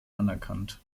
anerkannt